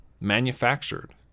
manufactured